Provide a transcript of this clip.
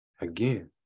Again